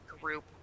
group